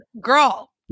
girl